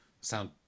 sound